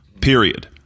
Period